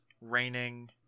raining